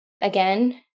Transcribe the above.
again